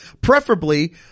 Preferably